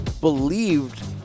believed